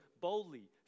boldly